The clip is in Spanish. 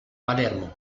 palermo